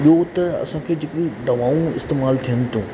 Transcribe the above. ॿियो त असांखे जेकियूं दवाऊं इस्तेमालु थियनि थियूं